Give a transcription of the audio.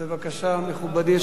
בבקשה, מכובדי.